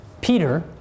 Peter